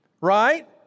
Right